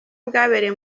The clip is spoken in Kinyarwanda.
bwabereye